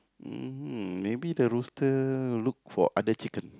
mm maybe the rooster look for other chicken